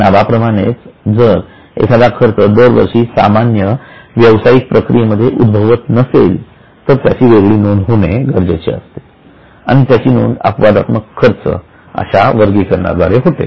नावाप्रमाणेच जर एखादा खर्च दरवर्षी सामान्य व्यवसायिक प्रक्रियेमध्ये उद्भवत नसेल तर त्याची वेगळी नोंद होणे गरजेचे आहे आणि त्याची नोंद अपवादात्मक खर्च अशा वर्गीकरणाद्वारे होते